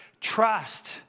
trust